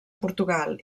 portugal